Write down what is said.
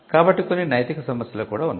కాబట్టి కొన్ని నైతిక సమస్యలు కూడా ఉన్నాయి